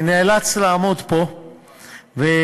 ואני נאלץ לעמוד פה ולדחות